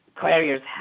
carriers